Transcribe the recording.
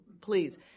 please